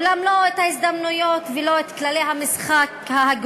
אולם לא את ההזדמנויות ולא את כללי המשחק ההוגנים.